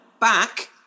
back